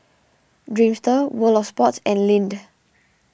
Dreamster World of Sports and Lindt